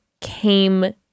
came